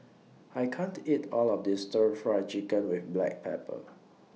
I can't eat All of This Stir Fry Chicken with Black Pepper